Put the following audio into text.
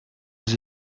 vous